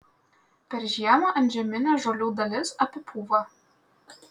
per žiemą antžeminė žolių dalis apipūva